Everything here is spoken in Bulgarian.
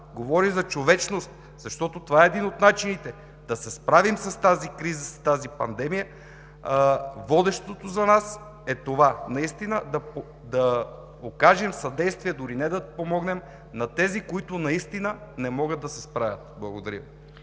говори за човечност, защото това е един от начините да се справим с тази криза, с тази пандемия, водещото за нас е това – да окажем съдействие, дори не да помогнем, на тези, които наистина не могат да се справят. Благодаря